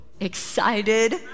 excited